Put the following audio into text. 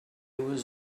was